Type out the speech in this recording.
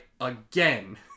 again